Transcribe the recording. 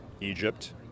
Egypt